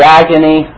agony